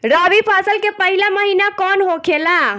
रबी फसल के पहिला महिना कौन होखे ला?